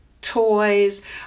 Toys